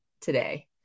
today